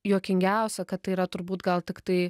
juokingiausia kad tai yra turbūt gal tiktai